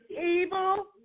evil